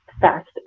fast